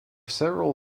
several